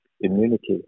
immunity